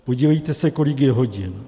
Podívejte se, kolik je hodin.